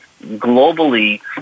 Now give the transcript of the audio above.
Globally